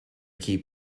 keep